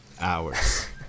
hours